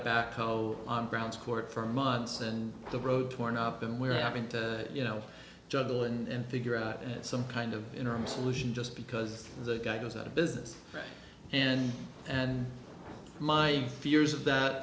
a backhoe on brown's court for months and the road torn up and we're having to you know juggle and figure out some kind of interim solution just because the guy goes out of business and and my fears of that